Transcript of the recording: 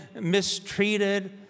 mistreated